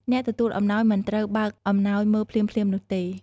អ្នកទទួលអំណោយមិនត្រូវបើកអំណោយមើលភ្លាមៗនោះទេ។